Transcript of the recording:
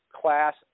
Class